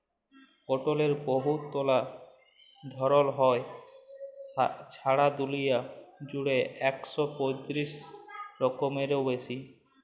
কটলের বহুতলা ধরল হ্যয়, ছারা দুলিয়া জুইড়ে ইক শ পঁয়তিরিশ রকমেরও বেশি